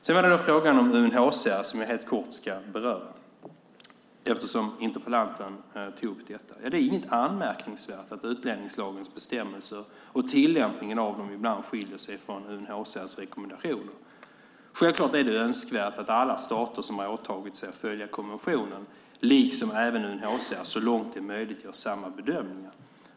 Sedan ska jag kort beröra frågan om UNHCR eftersom interpellanten tog upp den frågan. Det är inget anmärkningsvärt att utlänningslagens bestämmelser och tillämpningen av dem ibland skiljer sig från UNHCR:s rekommendationer. Självklart är det önskvärt att alla stater som har åtagit sig att följa konventionen, liksom även UNHCR, så långt det är möjligt gör samma bedömningar.